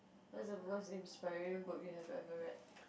what's the most inspiring book you have ever read